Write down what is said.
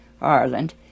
Ireland